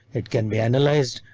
it can be analyzed,